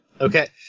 Okay